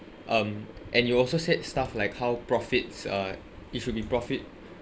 um and you also said stuff like how profits uh it should be profit